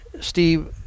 Steve